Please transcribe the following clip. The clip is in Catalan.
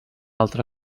altra